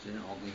真的好贵 hao gui